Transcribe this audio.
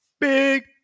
Big